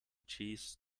cheese